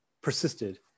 persisted